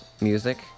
Music